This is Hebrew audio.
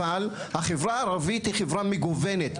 אבל החברה הערבית מגוונת,